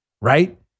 right